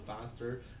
faster